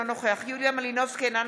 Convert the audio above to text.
אינו נוכח יוליה מלינובסקי קונין,